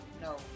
No